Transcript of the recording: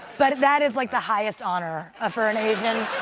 but that is like the highest honor ah for an asian,